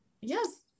Yes